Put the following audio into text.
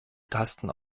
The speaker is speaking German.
tasten